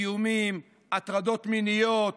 איומים, הטרדות מיניות